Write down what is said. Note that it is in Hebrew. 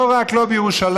לא רק בירושלים,